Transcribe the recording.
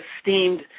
esteemed